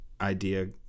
idea